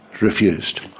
refused